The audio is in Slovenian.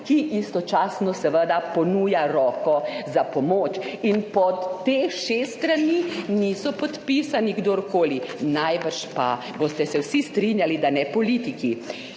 ki istočasno seveda ponuja roko za pomoč. Pod teh šest strani ni podpisan kdorkoli, najbrž pa se boste vsi strinjali, da niso podpisani